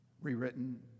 Rewritten